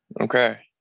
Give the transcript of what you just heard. Okay